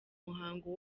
muhango